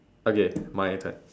okay my turn